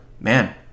man